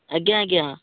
ଆଜ୍ଞା ଆଜ୍ଞା